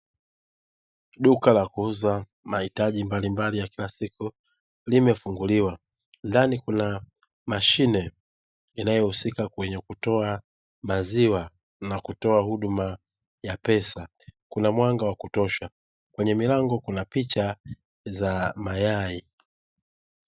Duka la kuuza mahitaji mbalimbali ya kila siku limefunguliwa, ndani kuna mashine inayohusika kwenye kutoa maziwa na kutoa huduma ya pesa, kuna mwanga wa kutosha kwenye milango kuna picha za mayai.